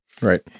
Right